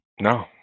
No